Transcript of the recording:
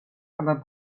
aber